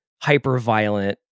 hyper-violent